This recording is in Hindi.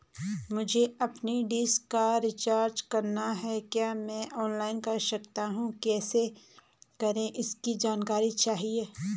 मुझे अपनी डिश का रिचार्ज करना है क्या मैं ऑनलाइन कर सकता हूँ कैसे करें इसकी जानकारी चाहिए?